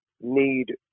need